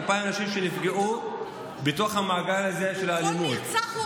2,000 אנשים שנפגעו בתוך המעגל הזה של האלימות.